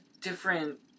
different